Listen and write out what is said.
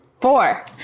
Four